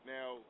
Now